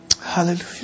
Hallelujah